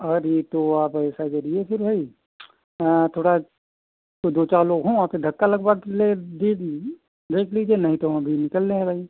अरे तो आप ऐसा करिए फिर भाई थोड़ा तो दो चार लोग हों आके धक्का लगवाकर ले दे देख लीजिए नहीं तो हम अभी निकल लें अब ही